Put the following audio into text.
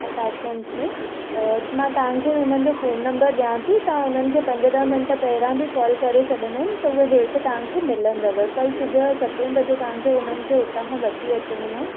apartment में मां तव्हां खे हुननि जो फ़ोन नंबर ॾियां थी तव्हां उन्हनि खे पंज ॾह मिन्ट पहिरियां बि कोल करे छॾींदा न त उहे हेठि तव्हां खे मिलंदव कल्ह सुबुह जो सतें बजे तव्हां खे हुननि खे हुतां वठी अचणो आहे